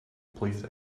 please